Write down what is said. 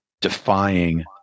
defying